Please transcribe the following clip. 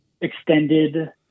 extended